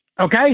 Okay